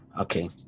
okay